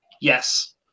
Yes